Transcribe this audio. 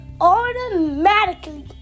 automatically